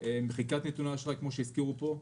מחיקת נתוני אשראי, כפי שהזכירו פה,